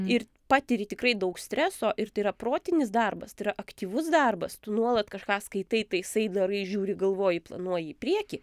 ir patiri tikrai daug streso ir tai yra protinis darbas tai yra aktyvus darbas tu nuolat kažką skaitai taisai darai žiūri galvoji planuoji į priekį